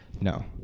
No